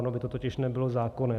Ono by to totiž nebylo zákonné.